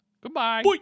Goodbye